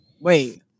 Wait